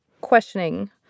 questioning